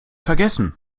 vergessen